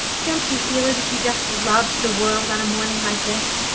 don't you feel as if you just loved the world on a morning like this?